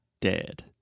dead